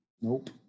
Nope